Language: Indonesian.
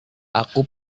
aku